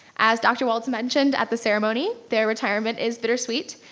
as dr. watlz mentioned at the ceremony, their retirement is bittersweet.